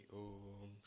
om